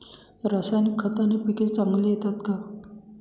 रासायनिक खताने पिके चांगली येतात का?